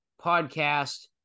Podcast